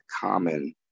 common